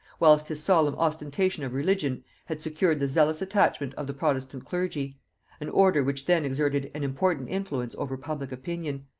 whilst his solemn ostentation of religion had secured the zealous attachment of the protestant clergy an order which then exerted an important influence over public opinion.